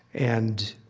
and,